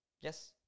Yes